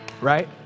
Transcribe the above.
right